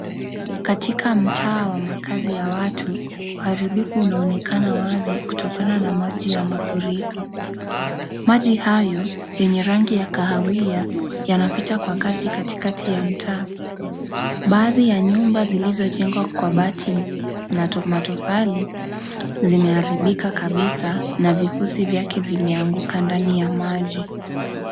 Katika mtaa wa makazi ya watu uharibifu unaonekana wazi kutokana na maji ya mafuriko, maji hayo yenye rangi ya kawahia yanapita kwa kasi katikati ya mtaa, baadhi ya nyumba zilizojengwa kwa bati na matofali zimeharibika kabisa na vikusi vyake vimeanguka ndani ya maji.